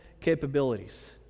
capabilities